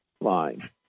line